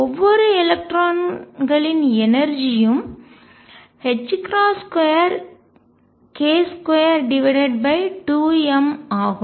ஒவ்வொரு எலக்ட்ரானின் எனர்ஜி யும் ஆற்றல் 2k22m ஆகும்